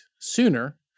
sooner